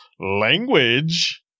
language